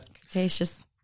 Cretaceous